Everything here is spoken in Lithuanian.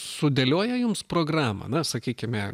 sudėlioja jums programą na sakykime